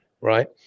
right